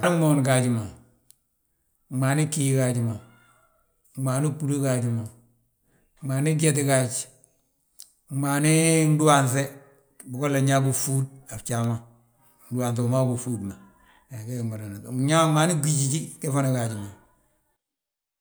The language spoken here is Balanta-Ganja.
Gmaani gmoon gaaji ma gmaani ghii gaaji ma, gmaani gbúlu gaaji ma, gmaani gyeti gaaj, gmaani gdúhaanŧe, bigolla nyaa bo fúud a fjaa ma, ndúhaanŧi wi ma gí fúd ma, he gee gi mmadana, hee gmaani jijijiii ge fana gaaji a